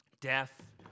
Death